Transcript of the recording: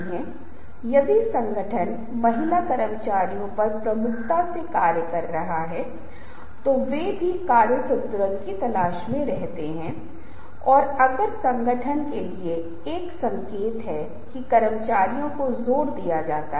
अब ये ऐसी चीजें हैं जिनका यहाँ हिसाब नहीं है दूसरी तरफ जब कोई संचार होता है जो यहाँ होता है तो संचार और संदेश सीखने का कार्य होता है जब हम बात कर रहे होते हैं तो विभिन्न घटकों के साथ हम यहाँ बात कर रहे हैं कुछ और हो रहा है और आप देख रहे हैं कि एक संज्ञानात्मक प्रतिक्रिया है